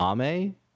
Ame